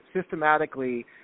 systematically